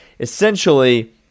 Essentially